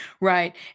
right